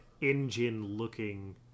engine-looking